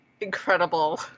Incredible